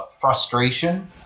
frustration